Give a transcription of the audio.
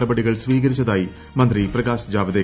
നടപടികൾ സ്വീകരിച്ചതായി ്മ്യന്ത്രി പ്രകാശ് ജാവദേക്കർ